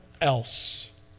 else